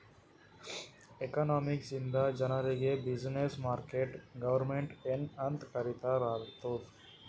economics ಇಂದ ಜನರಿಗ್ business, market, government ಎನ್ ಅಂತ್ ಅರ್ಥ ಆತ್ತುದ್